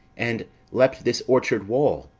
and leapt this orchard wall.